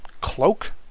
cloak